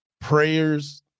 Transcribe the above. Prayers